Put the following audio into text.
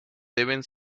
deben